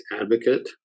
advocate